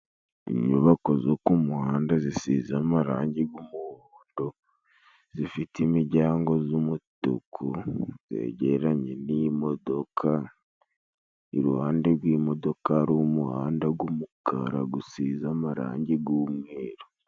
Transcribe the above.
Inyubako zo ku muhanda zisize amarangi g'umuhondo zifite imijyango z'umutuku zegeranye n'imodoka, iruhande rw'imodoka hari umuhanda g'umukara gusiza amarangi g'umweru.